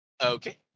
Okay